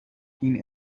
این